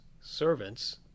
servants